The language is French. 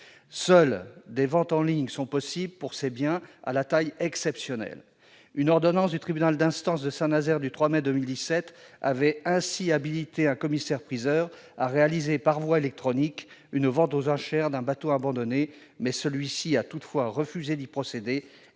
Seules des ventes en ligne sont possibles pour ces biens à la taille exceptionnelle. Une ordonnance du tribunal d'instance de Saint-Nazaire du 3 mai 2017 avait ainsi habilité un commissaire-priseur à réaliser par voie électronique la vente aux enchères d'un bateau abandonné, mais celui-ci a refusé d'y procéder,